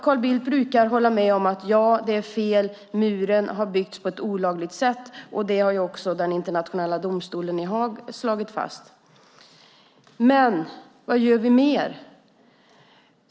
Carl Bildt brukar hålla med om att detta är fel och att muren har byggts på ett olagligt sätt. Det har också den internationella domstolen i Haag slagit fast. Men vad gör vi mer?